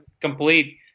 complete